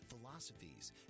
philosophies